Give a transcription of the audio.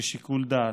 בשיקול דעת.